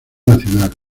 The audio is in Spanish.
nacional